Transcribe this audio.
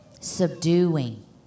subduing